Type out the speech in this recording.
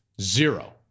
Zero